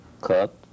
cut